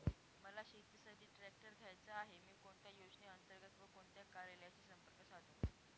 मला शेतीसाठी ट्रॅक्टर घ्यायचा आहे, मी कोणत्या योजने अंतर्गत व कोणत्या कार्यालयाशी संपर्क साधू?